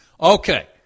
Okay